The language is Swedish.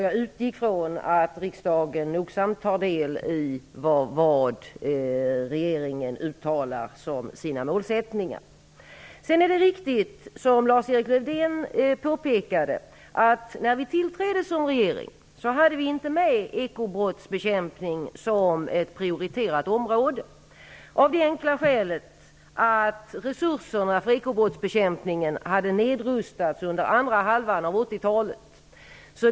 Jag utgick från att riksdagen nogsamt tar del av vad regeringen uttalar som sina målsättningar. Det är riktigt, som Lars-Erik Lövdén påpekade, att vi när vi tillträdde som regering inte hade med ekobrottsbekämpning som ett prioriterat område, av det enkla skälet att resurserna för ekobrottsbekämpningen hade nedrustats under andra halvan av 80-talet.